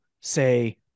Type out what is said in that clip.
say